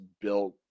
built